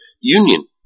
union